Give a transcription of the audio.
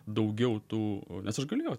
daugiau tų nes aš gulėjau